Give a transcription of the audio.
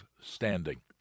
standing